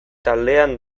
taldean